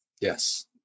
Yes